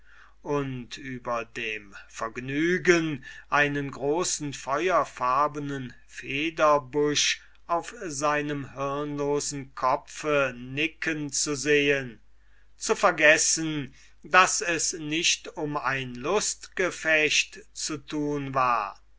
und über dem vergnügen einen großen feuerfarbenen federbusch auf seinem hirnlosen kopfe nicken zu sehen zu vergessen daß es nicht um ein lustgefechte zu tun war